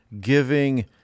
giving